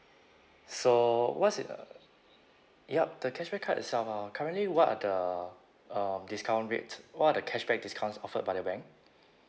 so what's it uh yup the cashback card itself ah currently what are the um discount rate what are the cashback discounts offered by the bank